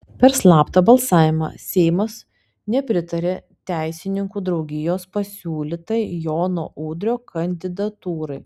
per slaptą balsavimą seimas nepritarė teisininkų draugijos pasiūlytai jono udrio kandidatūrai